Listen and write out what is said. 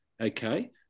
Okay